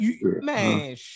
Man